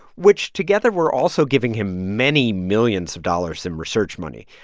which together were also giving him many millions of dollars in research money.